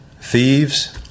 thieves